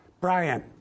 Brian